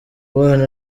bana